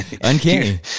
uncanny